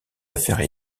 affaires